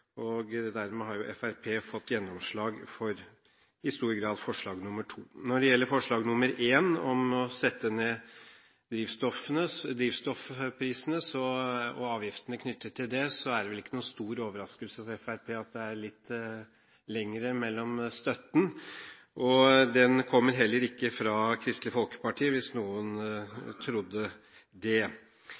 det. Dermed har Fremskrittspartiet i stor grad fått gjennomslag for forslag nr. 2. Når det gjelder forslag nr. 1, om å sette ned avgiftene på drivstoff, er det vel ikke noen stor overraskelse for Fremskrittspartiet at det er litt lenger mellom støtten. Den kommer heller ikke fra Kristelig Folkeparti, hvis noen trodde det.